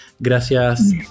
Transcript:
Gracias